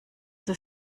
das